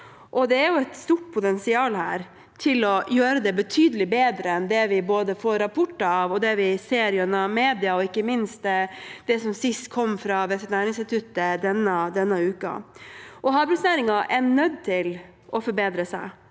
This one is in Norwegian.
Det er et stort potensial her for å gjøre det betydelig bedre enn både det vi får rapporter om, og det vi ser gjennom mediene – og ikke minst det siste som kom fra Veterinærinstituttet denne uken. Havbruksnæringen er nødt til å forbedre seg.